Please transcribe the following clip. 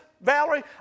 Valerie